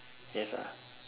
yes ah